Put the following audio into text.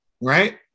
right